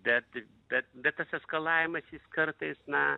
bet bet bet tas eskalavimas jis kartais na